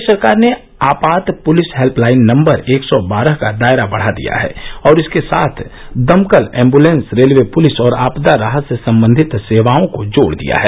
प्रदेश सरकार ने आपात पुलिस हेल्पलाइन नम्बर एक सौ बारह का दायरा बढ़ा दिया है और इसके साथ दमकल एम्बुलेंस रेलवे पुलिस और आपदा राहत से संबंधित सेवाओं को जोड़ दिया है